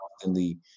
constantly